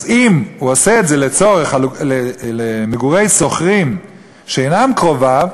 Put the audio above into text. אז אם הוא עושה את זה לצורך מגורי שוכרים שאינם קרוביו,